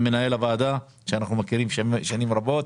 עם מנהל הוועדה שאנחנו מכירים שנים רבות.